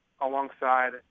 alongside